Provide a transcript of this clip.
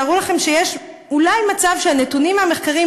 תארו לכם שיש אולי מצב שהנתונים המחקריים